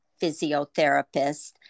physiotherapist